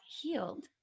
healed